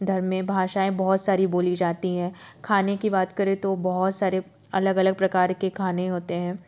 धर्म में भाषाएं बहुत सारी बोली जाती हैं खाने की बात करें तो बहुत सारे अलग अलग प्रकार के खाने होते हैं